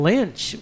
Lynch